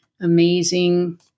amazing